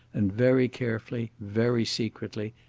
and very carefully, very secretly,